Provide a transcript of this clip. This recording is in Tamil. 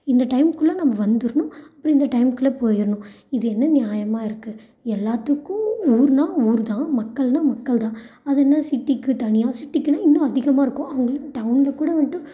இந்த டைம்குள்ளே நம்ப வந்துர்ணும் அப்புறோம் இந்த டைம்குள்ளே போயர்ணும் இது என்ன நியாயமாக இருக்குது எல்லாத்துக்கும் ஊர்னால் ஊர்தான் மக்கள்னால் மக்கள்தான் அது என்ன சிட்டிக்கு தனியாக சிட்டிக்குனா இன்னும் அதிகமாக இருக்கும் அவங்களுக்கு டவுனில் கூட வந்துட்டு